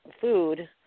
food